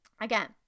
again